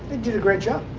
they did a great job.